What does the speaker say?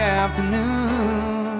afternoon